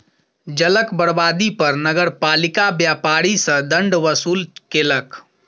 जलक बर्बादी पर नगरपालिका व्यापारी सॅ दंड वसूल केलक